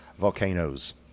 Volcanoes